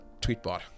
tweetbot